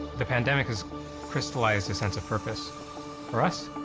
the pandemic has crystalized a sense of purpose for us.